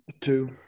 Two